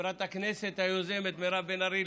חברת הכנסת היוזמת מירב בן ארי,